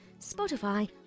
Spotify